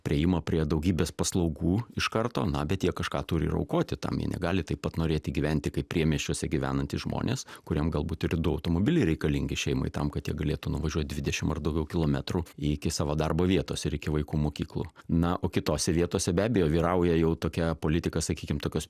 priėjimą prie daugybės paslaugų iš karto na bet jie kažką turi ir aukoti tam jie negali taip pat norėti gyventi kaip priemiesčiuose gyvenantys žmonės kuriem galbūt ir du automobiliai reikalingi šeimai tam kad jie galėtų nuvažiuot dvidešimt ar daugiau kilometrų iki savo darbo vietos ir iki vaikų mokyklų na o kitose vietose be abejo vyrauja jau tokia politika sakykim tokios